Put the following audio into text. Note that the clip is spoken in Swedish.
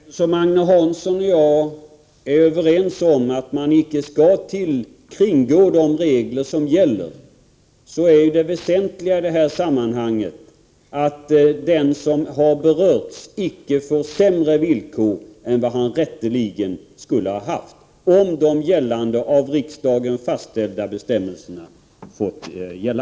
Herr talman! Eftersom Agne Hansson och jag är överens om att man icke skall kringgå de regler som gäller, är det väsentliga i det här sammanhanget att den som har berörts icke får sämre villkor än vad han rätteligen skulle ha haft, om de av riksdagen fastställda bestämmelserna fått gälla.